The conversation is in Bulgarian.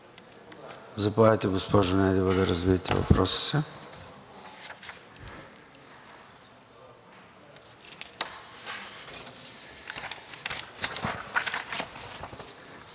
Заповядайте, госпожо Недева, да развиете въпроса